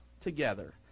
together